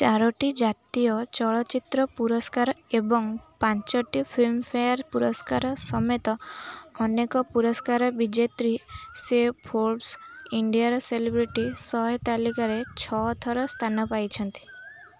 ଚାରୋଟି ଜାତୀୟ ଚଳଚ୍ଚିତ୍ର ପୁରସ୍କାର ଏବଂ ପାଞ୍ଚଟି ଫିଲ୍ମଫେୟାର ପୁରସ୍କାର ସମେତ ଅନେକ ପୁରସ୍କାର ବିଜେତ୍ରୀ ସେ ଫୋର୍ବସ୍ ଇଣ୍ଡିଆର ସେଲିବ୍ରିଟି ଶହେ ତାଲିକାରେ ଛଅଥର ସ୍ଥାନ ପାଇଛନ୍ତି